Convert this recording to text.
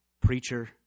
preacher